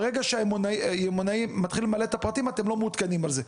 ברגע שהיומנאי מתחיל למלא את הפרטים אתם לא מעודכנים על זה.